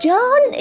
John